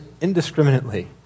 indiscriminately